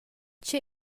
che